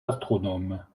astronomes